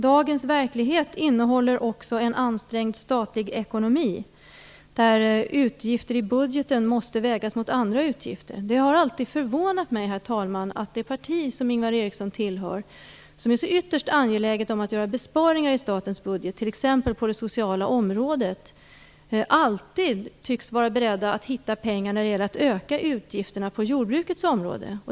Dagens verklighet innehåller också en ansträngd statlig ekonomi, där utgifter i budgeten måste vägas mot andra utgifter. Det har alltid förvånat mig, herr talman, att det parti som Ingvar Eriksson tillhör, som är ytterst angeläget om att göra besparingar i statens budget t.ex. på det sociala området, alltid tycks hitta pengar när det gäller att öka utgifterna på jordbrukets område.